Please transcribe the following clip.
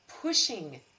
pushing